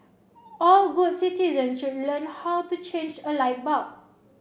all good citizens should learn how to change a light bulb